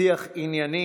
שיח ענייני,